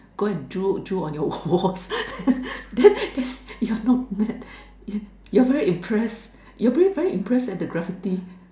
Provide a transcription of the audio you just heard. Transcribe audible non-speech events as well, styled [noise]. go and drew drew on your wall [laughs] then then you are not mad and you are very impress you are very very impress at the graffiti